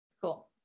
cool